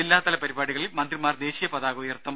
ജില്ലാതല പരിപാടികളിൽ മന്ത്രിമാർ ദേശീയ പതാക ഉയർത്തും